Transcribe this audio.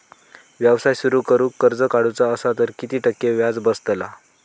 व्यवसाय सुरु करूक कर्ज काढूचा असा तर किती टक्के व्याज बसतला?